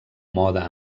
moda